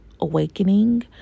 awakening